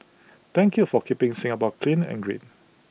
thank you for keeping Singapore clean and green